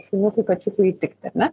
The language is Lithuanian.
šuniukui kačiukui įtikt ar ne